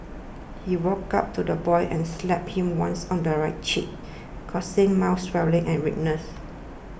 he walked up to the boy and slapped him once on the right cheek causing mild swelling and redness